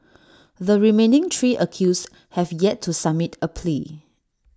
the remaining three accused have yet to submit A plea